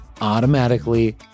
automatically